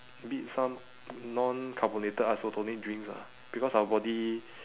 a bit some non carbonated isotonic drinks lah because our body